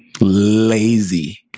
lazy